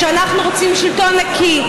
שאנחנו רוצים שלטון נקי,